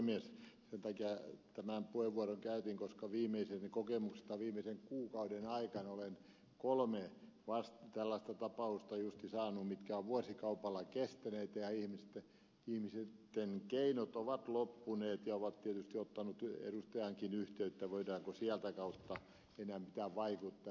sen takia tämän puheenvuoron käytän että viimeisen kuukauden aikana olen kolme tällaista tapausta justiin saanut tietooni mitkä ovat vuosikaupalla kestäneet ja missä ihmisten keinot ovat loppuneet ja he ovat tietysti ottaneet edustajaankin yhteyttä voiko sitä kautta enää mitään vaikuttaa